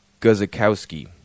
guzikowski